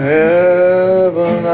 heaven